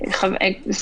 תבהירי את זה.